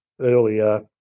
earlier